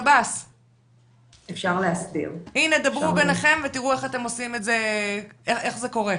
דברו בינכם ותראו איך זה קורה.